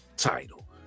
title